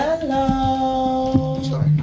Hello